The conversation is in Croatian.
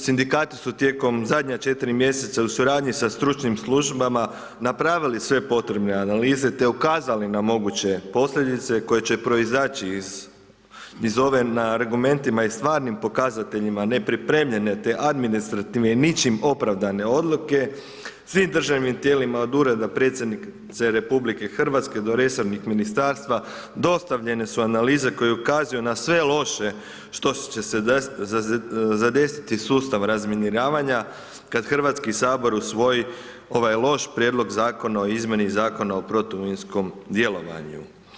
Sindikati su tijekom zadnja 4 mjeseca u suradnji sa stručnim službama napravili sve potrebne analize te ukazali na moguće posljedice koje će proizaći iz ove na argumentima i stvarnim pokazateljima nepripremljene te administrativne i ničim opravdane odluke, svim državnim tijelima od Ureda predsjednice RH do resornih ministarstva dostavljene su analize koje ukazuju na sve loše što će desiti zadesiti sustav razminiravanja kad Hrvatski sabor usvoji ovaj loš Prijedlog Zakona o izmjeni Zakona o protuminskom djelovanju.